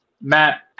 Matt